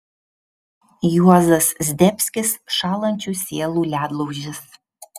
juozas zdebskis šąlančių sielų ledlaužis